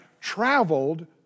traveled